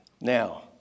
Now